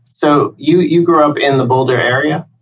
so you you grew up in the boulder area?